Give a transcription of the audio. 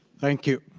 thank you.